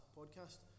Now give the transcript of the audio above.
podcast